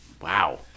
Wow